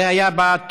זה היה בטרומית.